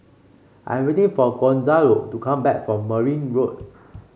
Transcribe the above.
I am waiting for Gonzalo to come back from Merryn Road